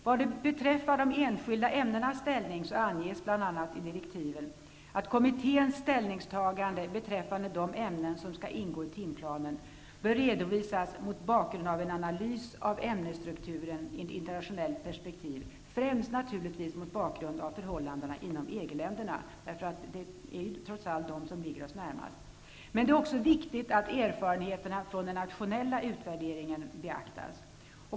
Vad beträffar de enskilda ämnenas ställning anges bl.a. i direktiven att kommitténs ställningstagande beträffande de ämnen som skall ingå i timplanen bör redovisas bl.a. mot bakgrund av en analys av ämnesstrukturen i ett internationellt perspektiv, naturligtvis främst mot bakgrund av förhållandena inom EG-länderna. Det är trots allt de som ligger oss närmast. Men det är också viktigt att erfarenheterna från den nationella utvärderingen beaktas.